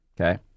Okay